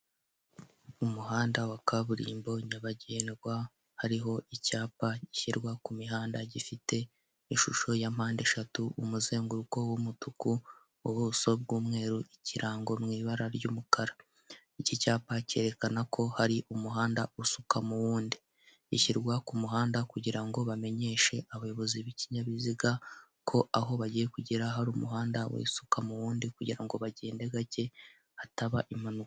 Umuhanda wa kaburimbo nyabagendwa hariho icyapa gishyirwa ku mihanda gifite ishusho ya mpande eshatu, umuzenguruko w'umutuku ubuso bw'umweru ikirango mu ibara ry'umukara iki cyapa cyerekana ko hari umuhanda usuka mu wundi gishyirwa ku muhanda kugira ngo bamenyeshe abayobozi b'ikinyabiziga ko aho bagiye kugera hari umuhanda wisuka mu wundi kugira ngo bagende gake hataba impanuka .